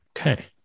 Okay